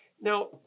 Now